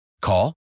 Call